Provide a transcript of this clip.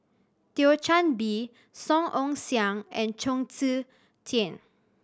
Thio Chan Bee Song Ong Siang and Chong Tze Chien